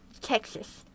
Texas